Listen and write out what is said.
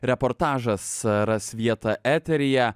reportažas ras vietą eteryje